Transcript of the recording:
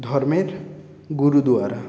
ধর্মের গুরুদুয়ারা